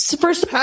first